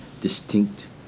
distinct